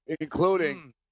including